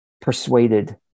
persuaded